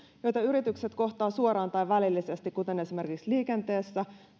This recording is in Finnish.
joita yritykset kohtaavat suoraan tai välillisesti esimerkiksi liikenteessä